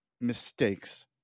mistakes